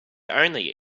only